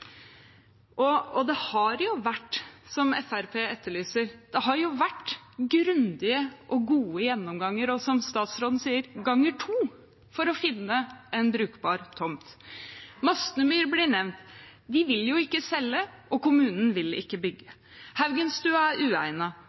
Det har jo vært, som Fremskrittspartiet etterlyser, grundige og gode gjennomganger – og som statsråden sier: ganger to – for å finne en brukbar tomt. Mastemyr blir nevnt. De vil jo ikke selge, og kommunen vil ikke bygge. Haugenstua er